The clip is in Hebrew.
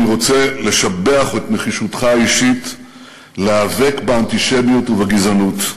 אני רוצה לשבח את נחישותך האישית להיאבק באנטישמיות ובגזענות.